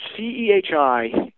CEHI